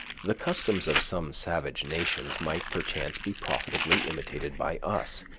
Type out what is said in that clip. the customs of some savage nations might, perchance, be profitably imitated by us,